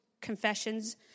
confessions